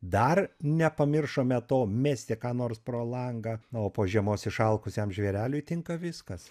dar nepamiršome to mesti ką nors pro langą o po žiemos išalkusiam žvėreliui tinka viskas